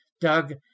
Doug